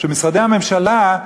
שמשרדי הממשלה,